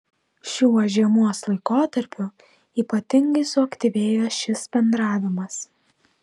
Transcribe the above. šiuo žiemos laikotarpiu ypatingai suaktyvėjo šis bendravimas